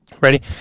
Ready